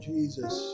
Jesus